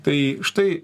tai štai